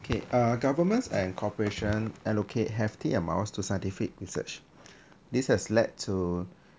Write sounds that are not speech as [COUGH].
okay uh governments and corporations allocate hefty amounts to scientific research [NOISE] this has led to